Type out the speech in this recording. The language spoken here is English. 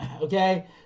Okay